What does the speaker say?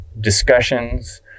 discussions